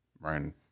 Ryan –